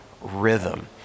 rhythm